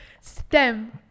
STEM